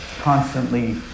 constantly